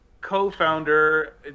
co-founder